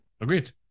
Agreed